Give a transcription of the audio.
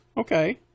Okay